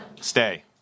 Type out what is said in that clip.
Stay